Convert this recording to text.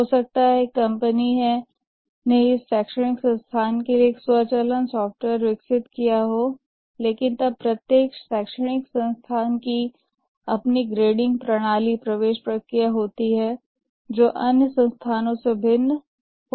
हो सकता है एक कंपनी ने इस शैक्षणिक संस्थान के लिए एक स्वचालन सॉफ्टवेयर विकसित किया हो लेकिन तब प्रत्येक शैक्षणिक संस्थान की अपनी ग्रेडिंग प्रणाली प्रवेश प्रक्रिया होती है और जो अन्य संस्थानों से भिन्न हो सकती है